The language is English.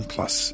Plus